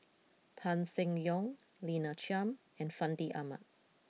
Tan Seng Yong Lina Chiam and Fandi Ahmad